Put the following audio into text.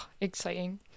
exciting